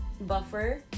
buffer